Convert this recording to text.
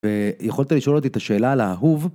ויכולת לשאול אותי את השאלה על האהוב.